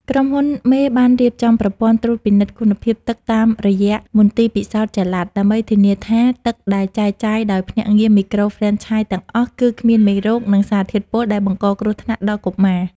ក្រុមហ៊ុនមេបានរៀបចំប្រព័ន្ធត្រួតពិនិត្យគុណភាពទឹកតាមរយៈមន្ទីរពិសោធន៍ចល័ត ដើម្បីធានាថាទឹកដែលចែកចាយដោយភ្នាក់ងារមីក្រូហ្វ្រេនឆាយទាំងអស់ គឺគ្មានមេរោគ និងសារធាតុពុលដែលបង្កគ្រោះថ្នាក់ដល់កុមារ។